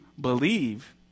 believe